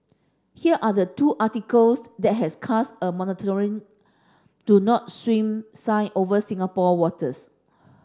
here are the two articles that has cast a metaphorical do not swim sign over Singapore waters